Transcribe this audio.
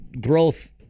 growth